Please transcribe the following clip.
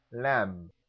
Lamb